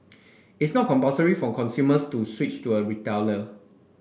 it's not compulsory for consumers to switch to a retailer